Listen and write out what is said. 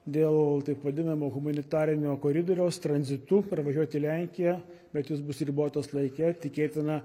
dėl taip vadinamo humanitarinio koridoriaus tranzitu pravažiuoti lenkiją bet jis bus ribotas laike tikėtina